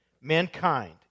Mankind